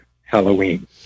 Halloween